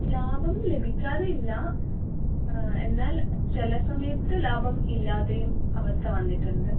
ലാഭം ലഭിക്കാതെയില്ല എന്നാൽ ചില സമയത്ത് ലാഭം ഇല്ലാതെയും അവസ്ഥ വന്നിട്ടുണ്ട്